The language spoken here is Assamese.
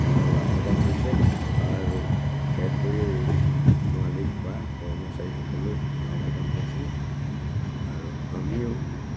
এটা লাভৱান হৈছে আৰু ফেক্টৰীৰ মালিক বা কৰ্মচাৰীসকলেও লাভৱান হৈছে আৰু আমিও